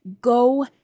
Go